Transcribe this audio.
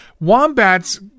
Wombats